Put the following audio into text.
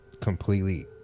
completely